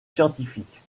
scientifiques